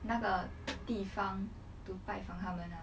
那个地方 to 拜访他们 ah